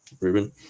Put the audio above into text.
ruben